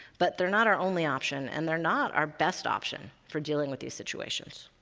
but they're not our only option, and they're not our best option for dealing with these situations.